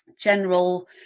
general